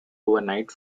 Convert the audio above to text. overnight